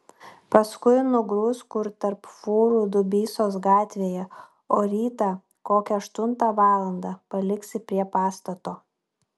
paskui nugrūsk kur tarp fūrų dubysos gatvėje o rytą kokią aštuntą valandą paliksi prie pastato